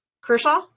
Kershaw